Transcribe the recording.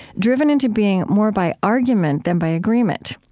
driven into being more by argument than by agreement.